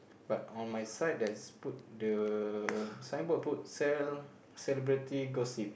but on my side the signboard put celebrity gossips